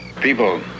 People